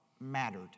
mattered